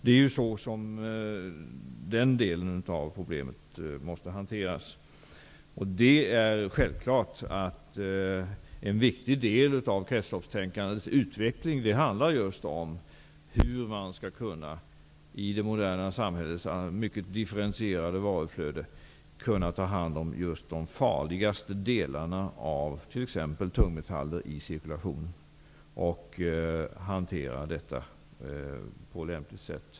Det är så den delen av problemet måste hanteras. Det är självklart att en viktig del av kretsloppstänkandets utveckling handlar om just hur man i det moderna samhällets mycket differentierade varuflöde skall kunna ta hand om just de farligaste delarna av t.ex. tungmetaller i cirkulation och hantera detta på lämpligt sätt.